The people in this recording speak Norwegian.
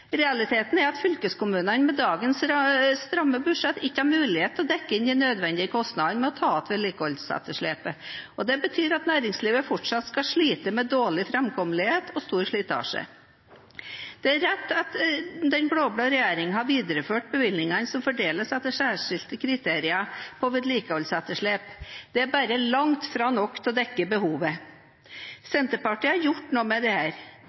Realiteten er at fylkeskommunene med dagens stramme budsjett ikke har mulighet til å dekke inn de nødvendige kostnadene ved å ta igjen vedlikeholdsetterslepet. Det betyr at næringslivet fortsatt skal slite med dårlig framkommelighet og stor slitasje. Det er riktig at den blå-blå regjeringen har videreført bevilgningene som fordeles etter særskilte kriterier basert på vedlikeholdsetterslep. Det er bare langt fra nok til å dekke behovet. Senterpartiet har gjort noe med